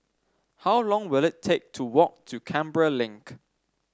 how long will it take to walk to Canberra Link